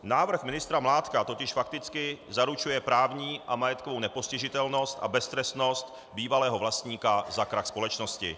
Návrh ministra Mládka totiž fakticky zaručuje právní a majetkovou nepostižitelnost a beztrestnost bývalého vlastníka za krach společnosti.